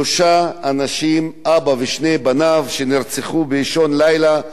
שלושה אנשים, אבא ושני בניו, שנרצחו באישון לילה,